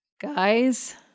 Guys